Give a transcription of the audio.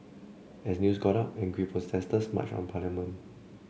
as news got out angry protesters marched on parliament